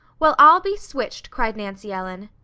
well, i'll be switched! cried nancy ellen.